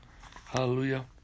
Hallelujah